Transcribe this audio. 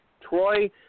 Troy